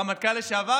הרמטכ"ל לשעבר,